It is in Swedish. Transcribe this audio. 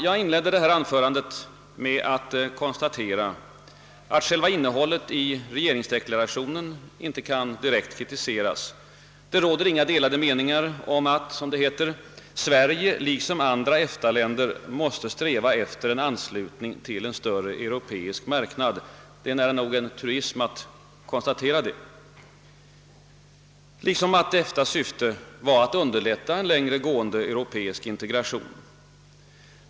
Jag inledde detta anförande med att konstatera att själva innehållet i regeringsdeklarationen inte kunde direkt kritiseras. Det råder inga delade meningar om att »Sverige liksom andra EFTA-länder måste sträva efter en anslutning till en större europeisk marknad». Det är nära nog en truism att konstatera detta, liksom att EFTA:s syfte var att underlätta en längre gående europeisk integration.